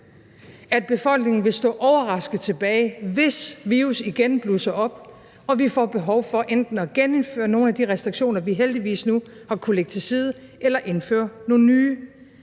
at befolkningen vil stå overrasket tilbage, hvis virus igen blusser op og vi får behov for enten at genindføre nogle af de restriktioner, vi heldigvis nu har kunnet lægge til side, eller indføre nogle nye.